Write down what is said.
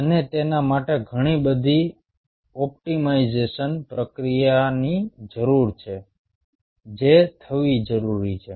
અને તેના માટે ઘણી બધી ઓપ્ટિમાઇઝેશન પ્રક્રિયાની જરૂર છે જે થવી જરૂરી છે